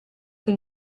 che